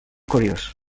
curiós